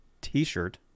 t-shirt